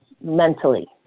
mentally